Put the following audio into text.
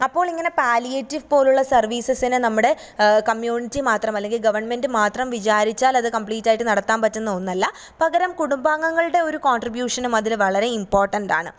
അപ്പോൾ ഇങ്ങനെ പാലിയേറ്റീവ് പോലുള്ള സര്വീസസിനെ നമ്മുടെ കമ്മ്യൂണിറ്റി മാത്രമല്ലെങ്കിൽ ഗവണ്മെന്റ് മാത്രം വിചാരിച്ചാൽ അത് കമ്പ്ലീറ്റായിട്ട് നടത്താന് പറ്റുന്ന ഒന്നല്ല പകരം കുടുംബാംഗങ്ങളുടെ ഒരു കോണ്ട്രിബ്യൂഷനും അതിന് വളരെ ഇമ്പോട്ടന്റ് ആണ്